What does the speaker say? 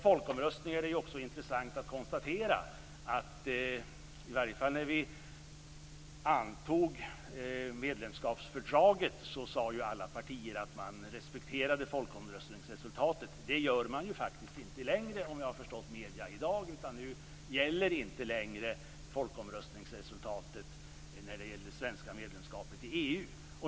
Det är också intressant att konstatera att i varje fall när vi antog medlemskapsfördraget sade alla partier att man respekterade folkomröstningsresultatet. Det gör man faktiskt inte längre, om jag har förstått medierna i dag. Nu gäller inte längre folkomröstningsresultatet i fråga om det svenska medlemskapet i EU.